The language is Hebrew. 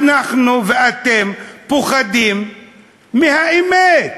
אנחנו ואתם פוחדים מהאמת.